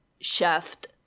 shaft